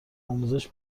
آموزش